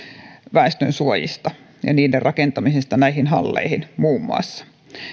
väestönsuojista ja niiden rakentamisesta näihin halleihin muun muassa